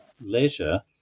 leisure